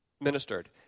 ministered